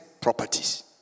properties